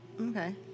Okay